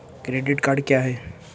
Credit card क्या है?